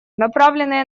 направленные